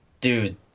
Dude